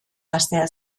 gaztea